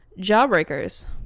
jawbreakers